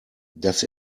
das